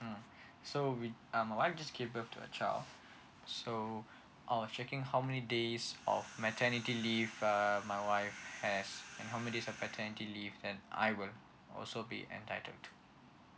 mm so we um my wife just gave birth to a child so I was checking how many days of maternity leave err my wife has and how many days of paternity leave that I will also be entitled to